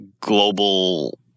global